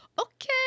Okay